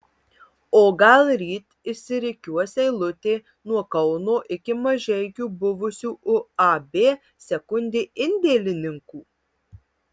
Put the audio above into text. o gal ryt išsirikiuos eilutė nuo kauno iki mažeikių buvusių uab sekundė indėlininkų